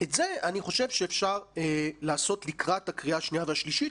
ואת זה אני חושב שאפשר לעשות לקראת הקריאה השנייה והשלישית,